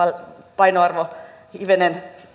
painoarvo sanalla hivenen